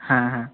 হ্যাঁ হ্যাঁ